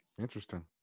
interesting